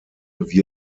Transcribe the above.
wie